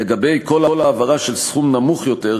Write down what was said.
לגבי כל העברה של סכום קטן יותר,